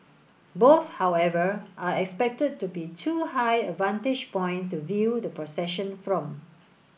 both however are expected to be too high a vantage point to view the procession from